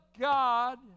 God